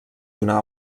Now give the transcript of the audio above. donà